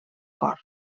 cor